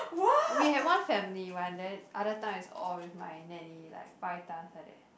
we had one family but then other time is all with my nanny like five times like that